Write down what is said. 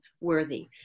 worthy